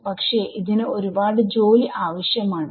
പക്ഷെ ഇതിന് ഒരു പാട് ജോലി ആവശ്യം ആണ്